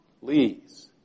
please